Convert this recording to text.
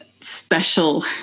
special